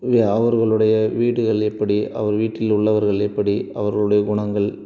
அவர்களுடைய வீடுகள் எப்படி அவர் வீட்டில் உள்ளவர்கள் எப்படி அவர்களுடைய குணங்கள்